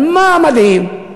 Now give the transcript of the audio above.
אבל מה המדהים?